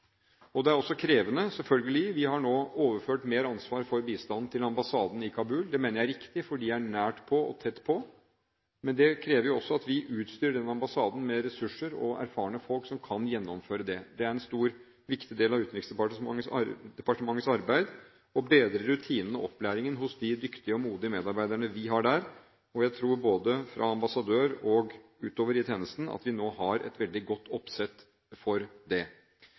også krevende, selvfølgelig. Vi har nå overført mer ansvar for bistanden til ambassaden i Kabul. Det mener jeg er riktig, for de er nært på og tett på. Men det krever også at vi utstyrer den ambassaden med ressurser og erfarne folk som kan gjennomføre det. Det er en stor og viktig del av Utenriksdepartementets arbeid å bedre rutinene og opplæringen hos de dyktige og modige medarbeiderne vi har der. Jeg tror – fra ambassadør og utover i tjenesten – at vi nå har et veldig godt oppsett for det.